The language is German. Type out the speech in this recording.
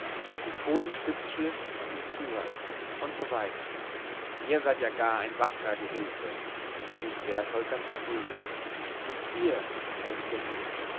die kohlen spitz schliff und ihm zureichte usw ihr seid ja gar ein wackerer gehülfe rief berthold ganz fröhlich und ihr erwiderte ich